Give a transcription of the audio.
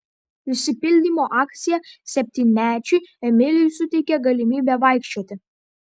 išsipildymo akcija septynmečiui emiliui suteikė galimybę vaikščioti